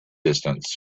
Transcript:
distance